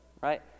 right